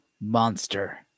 monster